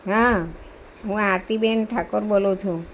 હા હું આરતીબેન ઠાકોર બોલું છું